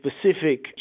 specific